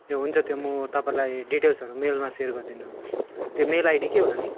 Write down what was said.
ए हुन्छ त्यो म तपाईँलाई डिटेल्सहरू मेलमा सेयर गरिदिनु त्यो मेल आइडी के होला नि